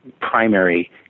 primary